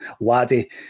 laddie